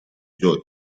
joy